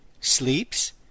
sleeps